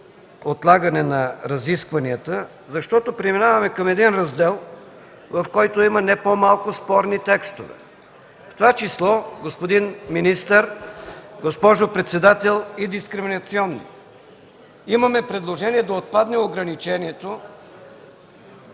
отлагане на разискванията, защото преминаваме към един раздел, в който има не по-малко спорни текстове. В това число, господин министър, госпожо председател, и дискриминационни. Имаме предложение да отпадне задължението